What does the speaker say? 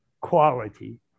quality